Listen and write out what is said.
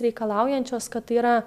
reikalaujančios kad tai yra